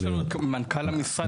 יש לנו את מנכ"ל המשרד,